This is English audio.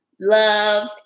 Love